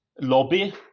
lobby